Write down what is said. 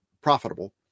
profitable